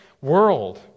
world